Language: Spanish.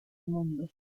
mundo